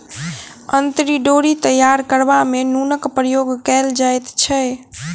अंतरी डोरी तैयार करबा मे नूनक प्रयोग कयल जाइत छै